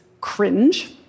cringe